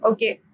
Okay